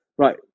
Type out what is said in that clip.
Right